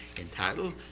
entitled